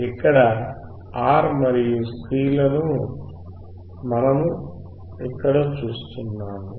ఇక్కడ R మరియు C లను మనము ఇక్కడ చూస్తున్నాము